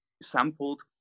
sampled